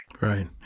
Right